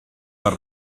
her